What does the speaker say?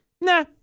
nah